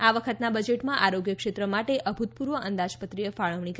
આ વખતનાં બજેટમાં આરોગ્ય ક્ષેત્ર માટે અભૂતપૂર્વ અંદાજપત્રીય ફાળવણી કરાઈ છે